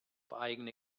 eigene